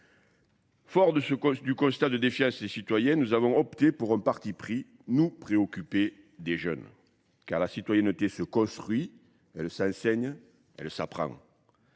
Fort du constat de défiance des citoyens, nous avons opté pour un parti pris, nous préoccupés des jeunes. Car la citoyenneté se construit, elle s'enseigne, elle s'apprend.